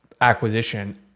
acquisition